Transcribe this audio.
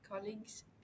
colleagues